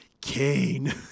Kane